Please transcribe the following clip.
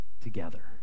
together